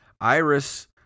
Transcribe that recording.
Iris